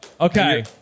Okay